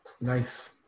nice